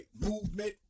Movement